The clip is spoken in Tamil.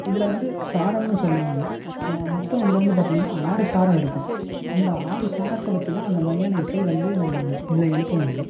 இதில் வந்து சாரம்னு சொல்லுவாங்க மொத்தம் இதில் வந்து பார்த்தீங்கன்னா ஆறு சாரம் இருக்கும் அந்த ஆறு சாரத்தை வச்சு தான் அந்த மாதிரியான இசை வந்து நம்ம இதில் எழுப்ப முடியும்